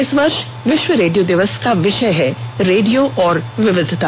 इस वर्ष विश्व रेडियो दिवस का विषय है रेडियो और विविधता